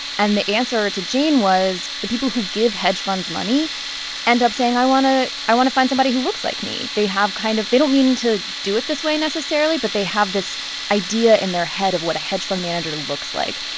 and the answer to jane was the people who give hedge funds money end up saying, i i want to find somebody who looks like me. they have kind of they don't mean to do it this way, necessarily, but they have this idea in their head of what a hedge fund manager looks like.